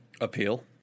Appeal